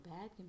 bad